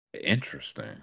Interesting